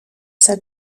said